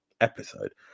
episode